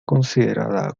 considerada